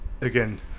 Again